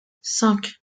cinq